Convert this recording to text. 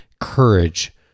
courage